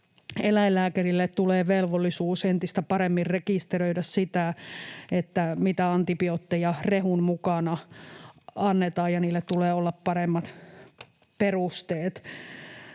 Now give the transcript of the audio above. eläinlääkärille tulee velvollisuus entistä paremmin rekisteröidä sitä, mitä antibiootteja rehun mukana annetaan, ja niille tulee olla paremmat perusteet.